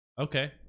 okay